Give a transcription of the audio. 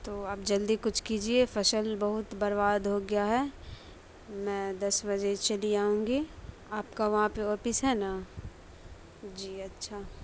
تو آپ جلدی کچھ کیجیے فصل بہت برباد ہو گیا ہے میں دس بجے چلی آؤں گی آپ کا وہاں پہ آفس ہے نا جی اچھا